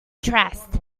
dressed